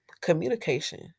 communication